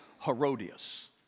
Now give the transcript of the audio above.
Herodias